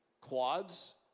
quads